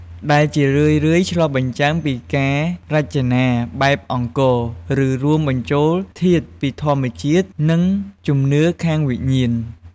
ដែលជារឿយៗឆ្លុះបញ្ចាំងពីការរចនាបែបអង្គរ ឬរួមបញ្ចូលធាតុពីធម្មជាតិ និងជំនឿខាងវិញ្ញាណ។